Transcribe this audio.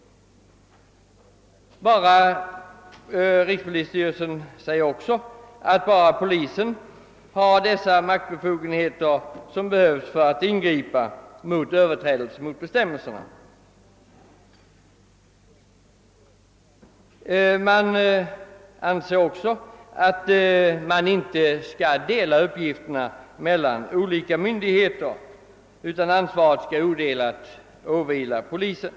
Rikspolisstyrelsen säger också att endast polisen har de maktbefogenheter som behövs för att ingripa mot den förare som överträder bestämmelserna. 'Styrelsen anser dessutom att man inte skall dela uppgifterna mellan olika myndigheter utan att ansvaret odelat skall åvila polisen.